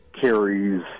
carries